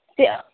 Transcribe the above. ᱪᱮᱫ